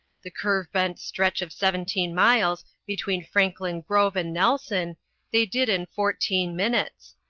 the curve-bent stretch of seventeen miles between franklin grove and nelson they did in fourteen minutes,